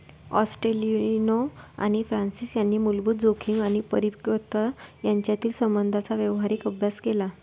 ॲस्टेलिनो आणि फ्रान्सिस यांनी मूलभूत जोखीम आणि परिपक्वता यांच्यातील संबंधांचा व्यावहारिक अभ्यास केला